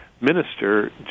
minister